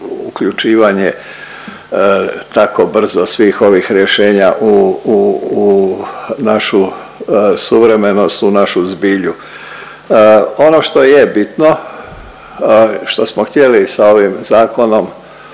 uključivanje tako brzo svih ovih rješenja u našu suvremenost, u našu zbilju. Ono što je bitno, što smo htjeli sa ovim Zakonom